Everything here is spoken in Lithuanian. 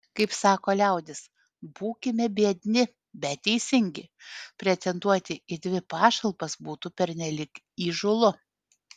kaip sako liaudis būkime biedni bet teisingi pretenduoti į dvi pašalpas būtų pernelyg įžūlu